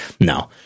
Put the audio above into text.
No